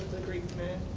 greek myth